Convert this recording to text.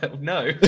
No